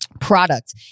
product